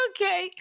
Okay